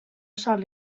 sòl